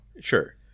sure